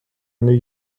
new